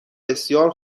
بسیار